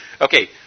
Okay